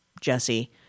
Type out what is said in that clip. Jesse